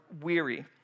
weary